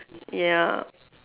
ya